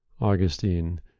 augustine